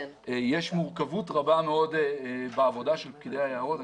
יש מורכבות רבה מאוד בעבודה של פקידי היערות.